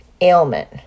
ailment